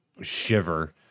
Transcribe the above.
shiver